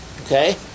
Okay